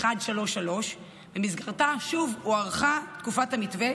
133, שבמסגרתה שוב הוארכה תקופת המתווה